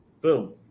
boom